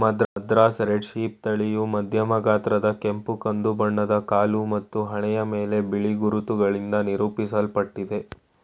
Madras red sheep ತಳಿಯು ಮಧ್ಯಮ ಗಾತ್ರದ ಕೆಂಪು ಕಂದು ಬಣ್ಣದ ಕಾಲು ಮತ್ತು ಹಣೆಯ ಮೇಲೆ ಬಿಳಿ ಗುರುತುಗಳಿಂದ ನಿರೂಪಿಸಲ್ಪಟ್ಟಿದೆ